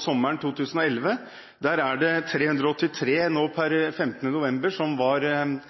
sommeren 2011, er det 383 per 15. november som